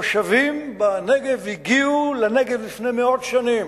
שהתושבים בנגב הגיעו לנגב לפני מאות שנים.